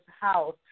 house